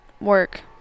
work